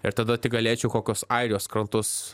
ir tada tik galėčiau kokios airijos krantus